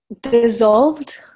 dissolved